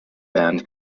band